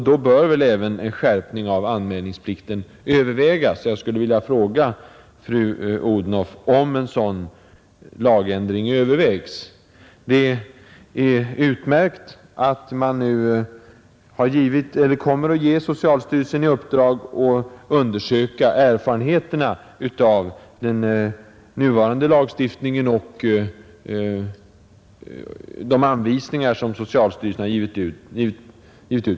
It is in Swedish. Då bör väl även en skärpning av anmälningsplikten övervägas. Jag vill fråga fru Odhnoff om en sådan lagändring övervägs. Det är utmärkt att man nu kommer att ge socialstyrelsen i uppdrag att undersöka erfarenheterna av den nuvarande lagstiftningen och de anvisningar som socialstyrelsen har givit ut.